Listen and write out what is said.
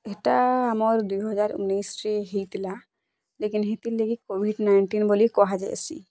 ଏଟା ଆମର ଦୁଇ ହଜାର ଉଣେଇଶିରେ ହେଇଥିଲା ଲେକିନ୍ ହେଥିର୍ ଲାଗି କୋଭିଡ଼୍ ନାଇଣ୍ଟିନ୍ ବୋଲି କୁହାଯାଇସି